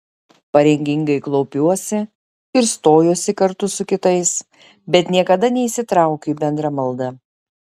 pareigingai klaupiuosi ir stojuosi kartu su kitais bet niekada neįsitraukiu į bendrą maldą